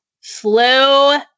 slow